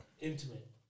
intimate